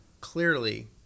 clearly